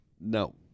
No